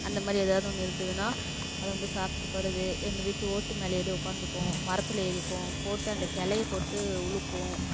அந்தமாதிரி எதாவது ஒன்று இருந்துதுன்னா அதை வந்து சாப்பிட்டுட்டு போகிறது எங்கள் வீட்டு மேலே ஏறி உட்காந்துக்கும் மரத்தில் ஏறிக்கும் போட்டு அந்த கிளைய போட்டு உழுக்கும்